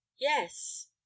Yes